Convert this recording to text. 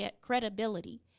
credibility